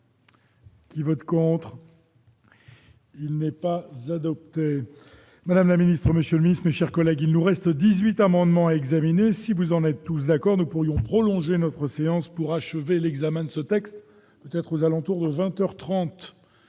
Qui vote contre. Il n'est pas adoptée, Madame la Ministre, Monsieur le ministre, chers collègues, il nous reste 18 amendements à examiner si vous en êtes tous d'accord : nous pourrions prolonger notre séance pour achever l'examen de ce texte peut-être aux alentours de 20